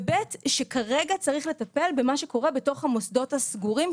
ו-ב' שכרגע צריך לטפל במה שקורה בתוך המוסדות הסגורים,